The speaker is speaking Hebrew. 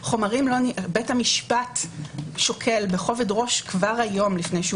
- מבית המשפט שוקל בכובד ראש כבר היום לפני שהוא